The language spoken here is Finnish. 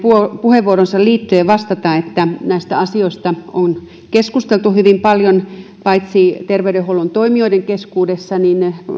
puheenvuoroonsa liittyen vastata että näistä asioista on paitsi keskusteltu hyvin paljon terveydenhuollon toimijoiden keskuudessa niin